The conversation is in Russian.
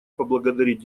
поблагодарить